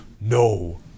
No